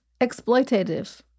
exploitative